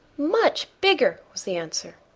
much bigger, was the answer.